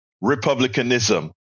republicanism